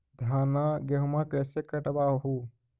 धाना, गेहुमा कैसे कटबा हू?